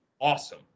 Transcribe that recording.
awesome